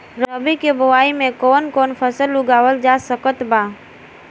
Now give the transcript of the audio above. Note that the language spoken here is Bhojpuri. रबी के बोआई मे कौन कौन फसल उगावल जा सकत बा?